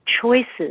choices